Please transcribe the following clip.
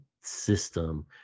system